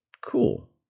Cool